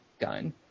gun